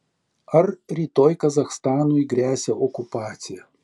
ar rytoj kazachstanui gresia okupacija